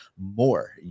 more